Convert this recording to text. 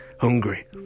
hungry